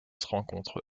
rencontre